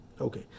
Okay